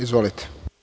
Izvolite.